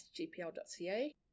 sgpl.ca